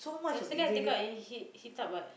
yesterday I take out and he he thought what